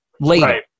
later